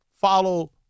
follow